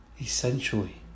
essentially